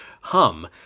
hum